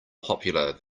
popular